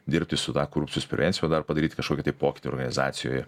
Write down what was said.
dirbti su ta korupcijos prevencija o dar padaryt kažkokį tai pokytį organizacijoje